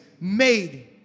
made